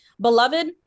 Beloved